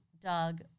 Doug